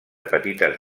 petites